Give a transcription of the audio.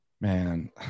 man